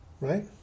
Right